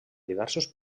diversos